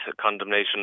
condemnation